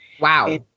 wow